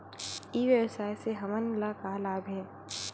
ई व्यवसाय से हमन ला का लाभ हे?